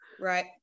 Right